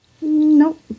Nope